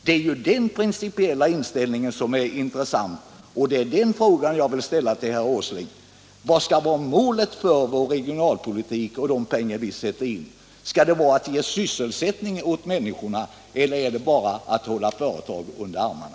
Det är ju den principiella inställningen därvidlag som är intressant, och jag vill till herr Åsling ställa frågan: Vad skall vara målet för vår regionalpolitik, när vi sätter in pengar på det området? Skall det vara att ge sysselsättning åt människorna eller bara att hålla företag under armarna?